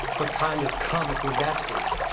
what kind of comic would that be?